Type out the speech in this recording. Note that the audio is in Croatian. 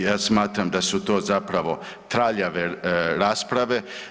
Ja smatram da su to zapravo traljave rasprave.